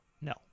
No